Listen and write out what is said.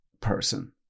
person